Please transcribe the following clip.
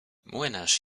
młynarz